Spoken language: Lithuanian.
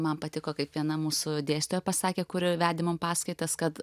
man patiko kaip viena mūsų dėstytoja pasakė kur vedė mum paskaitas kad